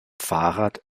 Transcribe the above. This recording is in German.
fahrrad